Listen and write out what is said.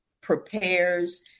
prepares